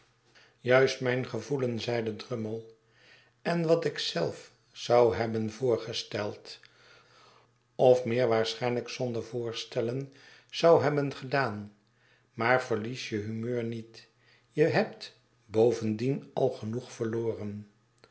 juist mijn gevoelen zeide drummle en wat ik zelf zou hebben voorgesteld of meer waarschijnlijk zonder voorstellen zou hebben gedaan maar verlies je humeur niet je hebt bovendien al genoeg verloren